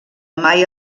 mai